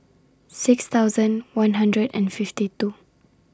six thousand one hundred and fifty two